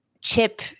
chip